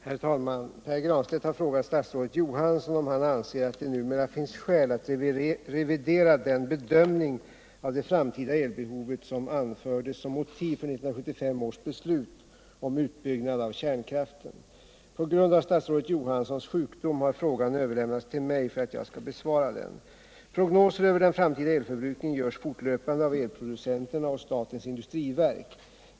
Herr talman! Pär Granstedt har frågat statsrådet Olof Johansson om han anser, att det numera finns skäl att revidera den bedömning av det framtida elbehovet som anfördes som motiv för 1975 års beslut om utbyggnad av kärnkraften. På grund av statsrådet Olof Johanssons sjukdom har frågan överlämnats till mig för att jag skall besvara den. Prognoser över den framtida elförbrukningen görs fortlöpande av elproducenterna och statens industriverk.